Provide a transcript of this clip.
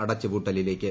അടച്ചുപൂട്ടലിലേക്ക്